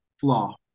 Flaw